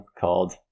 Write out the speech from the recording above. called